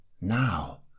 Now